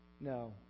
no